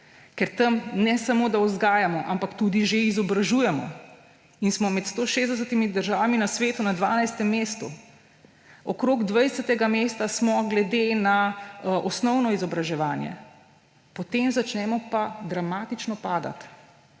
Ker tam ne samo da vzgajamo, ampak tudi že izobražujemo in smo med 160 državami na svetu na 12. mestu, okoli 20 mesta smo glede na osnovno izobraževanje, potem začnemo pa dramatično padati.